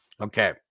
Okay